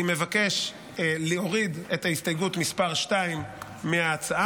אני מבקש להוריד את הסתייגות מס' 2 מההצעה,